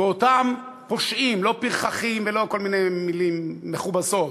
ולא כל מיני מילים מכובסות,